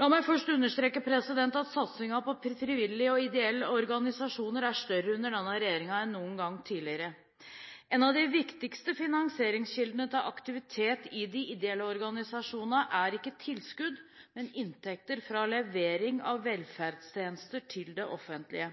La meg først understreke at satsningen på frivillige og ideelle organisasjoner er større under denne regjeringen enn noen gang tidligere. En av de viktigste finansieringskildene til aktiviteten i de ideelle organisasjonene er ikke tilskudd, men inntekter fra levering av velferdstjenester til det offentlige.